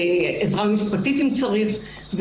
עזרה משפטית אם צריך,